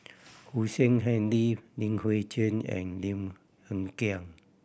Hussein Haniff Li Hui Cheng and Lim Hng Kiang